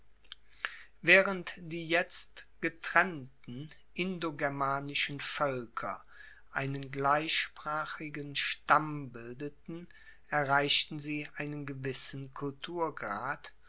waehrend die jetzt getrennten indogermanischen voelker einen gleichsprachigen stamm bildeten erreichten sie einen gewissen